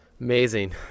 Amazing